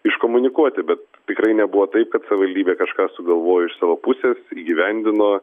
iškomunikuoti bet tikrai nebuvo taip kad savivaldybė kažką sugalvojo iš savo pusės įgyvendino